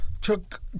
took